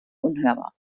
unhörbar